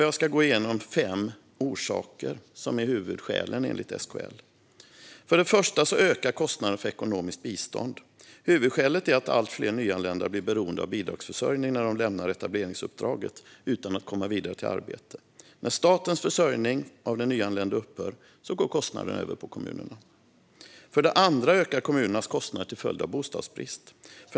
Jag ska gå igenom fem huvudsakliga skäl till detta, enligt SKL. För det första ökar kostnaderna för ekonomiskt bistånd. Huvudskälet är att allt fler nyanlända blir beroende av bidragsförsörjning när de lämnar etableringsuppdraget utan att komma vidare till arbete. När statens försörjning av den nyanlände upphör går kostnaderna över på kommunerna. För det andra ökar kommunernas kostnader till följd av bostadsbrist.